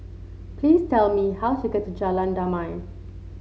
please tell me how to get to Jalan Damai